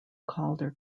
calder